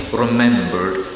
remembered